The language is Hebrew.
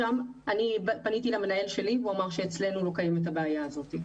שאלתי את המנהל והוא אמר שאצלנו לא קיימת הבעיה הזאת.